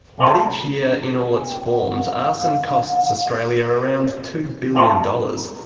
but each year, in all its forms, arson costs australia around two billion dollars.